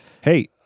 Hey